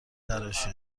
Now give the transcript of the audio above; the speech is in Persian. تراشی